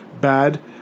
bad